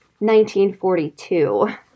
1942